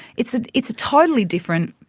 it's a, it's a totally different,